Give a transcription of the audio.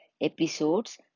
Episodes